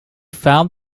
found